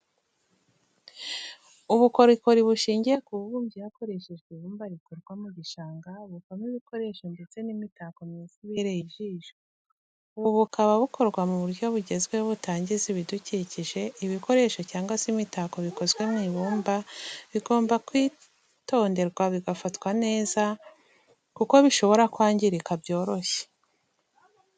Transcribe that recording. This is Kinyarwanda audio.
Ubukorikori bushingiye ku bubumbyi hakoreshejwe ibumba rikurwa mu gishanga buvamo ibikoresho ndetse n'imitako myiza ibereye ijisho, ubu bukaba bukorwa mu buryo bugezweho butangiza ibidukikije, ibikoresho cyangwa se imitako bikozwe mu ibumba bigomba kwitonderwa bigafatwa neza kuko bishobora kwangirika byoroshye.